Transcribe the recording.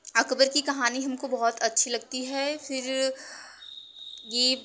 अकबर की कहानी हमको बहुत अच्छी लगती है फिर ये